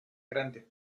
grandes